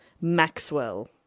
Maxwell